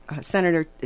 senator